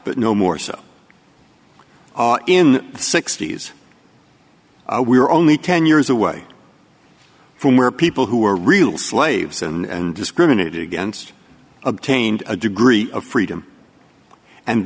but no more so in the sixty's we are only ten years away from where people who were real slaves and discriminated against obtained a degree of freedom and